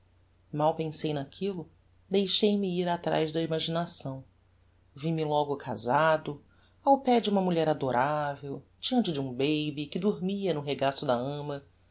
mal pensei naquillo deixei-me ir atraz da imaginação vi-me logo casado ao pé de uma mulher adoravel deante de um baby que dormia no regaço da ama